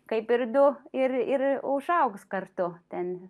kaip ir daug ir ir užaugs kartu ten